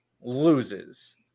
loses